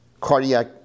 cardiac